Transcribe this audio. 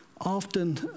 often